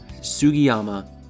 Sugiyama